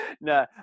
No